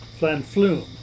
Flanflume